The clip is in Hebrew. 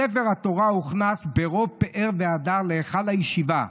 ספר התורה הוכנס ברוב פאר והדר להיכל הישיבה.